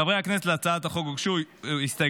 חברי הכנסת, להצעת החוק הוגשו הסתייגויות.